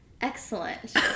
excellent